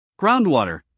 Groundwater